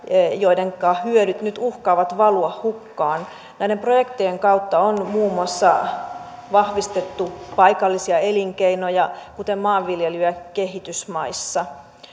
joidenka hyödyt nyt uhkaavat valua hukkaan näiden projektien kautta on muun muassa vahvistettu paikallisia elinkeinoja kuten maanviljelyä kehitysmaissa